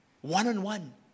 One-on-one